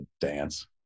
dance